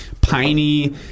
piney